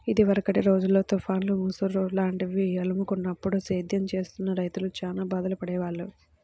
ఇదివరకటి రోజుల్లో తుఫాన్లు, ముసురు లాంటివి అలుముకున్నప్పుడు సేద్యం చేస్తున్న రైతులు చానా బాధలు పడేవాళ్ళు